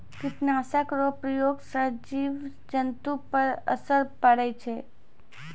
कीट नाशक रो प्रयोग से जिव जन्तु पर असर पड़ै छै